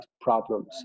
problems